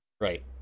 Right